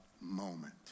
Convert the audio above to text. moment